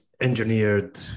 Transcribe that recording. engineered